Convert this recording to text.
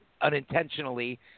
unintentionally